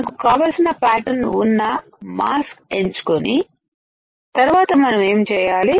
మనకు కావాల్సిన ప్యాటర్న్ ఉన్న మాస్క్ ఎంచుకొని తర్వాత మనమేం చేయాలి